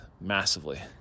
massively